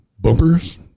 Bumpers